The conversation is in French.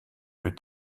plus